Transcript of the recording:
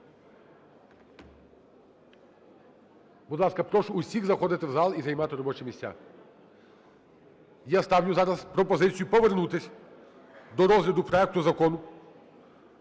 Будь ласка, прошу всіх заходити в зал і займати робочі місця. Я ставлю зараз пропозицію повернутися до розгляду проекту Закону